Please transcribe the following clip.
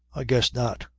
i guess not.